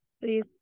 please